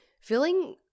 feeling